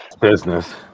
business